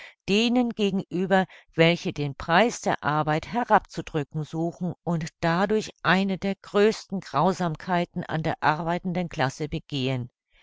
denen gegenüber welche den preis der arbeit herabzudrücken suchen und dadurch eine der größten grausamkeiten an der arbeitenden klasse begehen